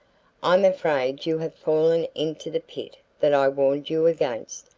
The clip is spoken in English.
i'm afraid you have fallen into the pit that i warned you against,